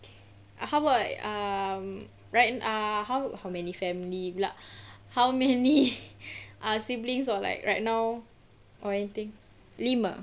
how about um right err how how many family pula how many err siblings or like right now or anything lima